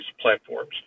platforms